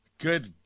Good